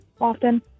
often